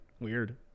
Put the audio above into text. Weird